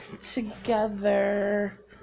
together